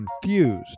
confused